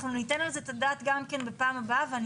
אנחנו ניתן על זה את הדעת בפעם הבאה ואני